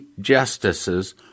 Justices